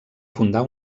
fundar